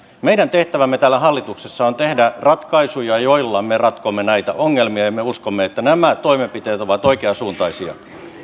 meidän tehtävämme täällä hallituksessa on tehdä ratkaisuja joilla me ratkomme näitä ongelmia ja me uskomme että nämä toimenpiteet ovat oikeansuuntaisia